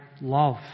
love